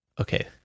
Okay